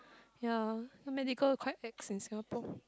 ya the medical quite ex in Singapore